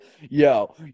yo